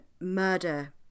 murder